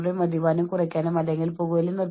നിങ്ങളുടെ രക്തസമ്മർദ്ദം ഉയർന്നേക്കാം